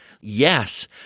yes